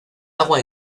agua